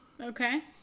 Okay